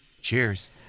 Cheers